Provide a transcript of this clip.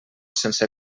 sense